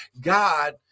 God